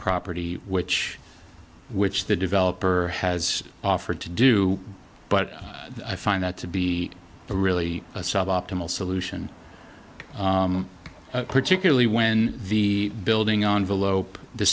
property which which the developer has offered to do but i find that to be a really sub optimal solution particularly when the building on below the